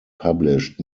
published